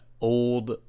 old